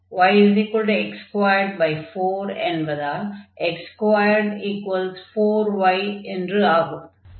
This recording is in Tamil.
y x24 என்பதால் x24y என்று ஆகும்